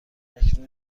اکنون